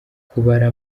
kubara